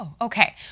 okay